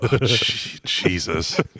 jesus